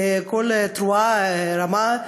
בקול תרועה רמה,